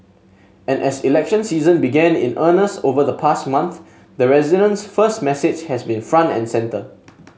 and as election season began in earnest over the past month the residents first message has been front and centre